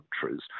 countries